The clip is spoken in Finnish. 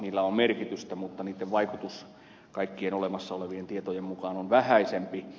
niillä on merkitystä mutta niitten vaikutus kaikkien olemassa olevien tietojen mukaan on vähäisempi